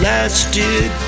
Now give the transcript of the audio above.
Lasted